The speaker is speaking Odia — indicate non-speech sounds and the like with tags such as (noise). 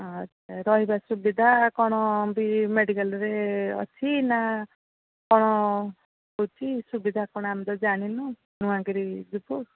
ଆଚ୍ଛା ରହିବା ସୁବିଧା କ'ଣ ବି ମେଡ଼ିକାଲ୍ରେ ଅଛି ନା କ'ଣ (unintelligible) ସୁବିଧା କ'ଣ ଆମେ ତ ଜାଣିନୁ ନୂଆ କିରି ଯିବୁ